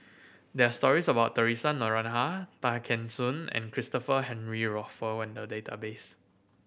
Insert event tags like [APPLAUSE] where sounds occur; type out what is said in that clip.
there are stories about Theresa Noronha Tay Kheng Soon and Christopher Henry [UNINTELLIGIBLE] in the database